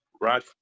right